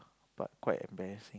but quite embarrassing